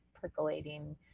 percolating